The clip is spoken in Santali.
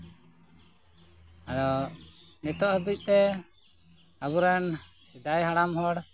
ᱱᱤᱛᱳᱜ ᱦᱟᱹᱵᱤᱡᱛᱮ ᱟᱵᱚᱨᱮᱱ ᱥᱮᱫᱟᱭ ᱦᱟᱲᱟᱢ ᱦᱚᱲ